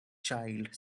child